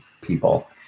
people